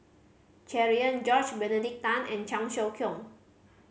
Cherian George Benedict Tan and Cheong Siew Keong